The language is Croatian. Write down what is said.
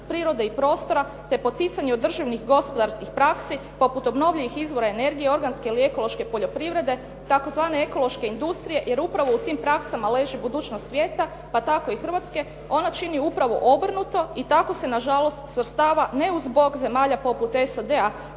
prirode i prostora te poticanje održivih gospodarskih praksi poput obnovljivih izvora energije, organske ili ekološke poljoprivrede, tzv. ekološke industrije jer upravo u tim praksama leži budućnost svijeta pa tako i Hrvatske ono čini upravo obrnuto i tako se nažalost svrstava ne uz bok zemalja poput SAD-a